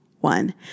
one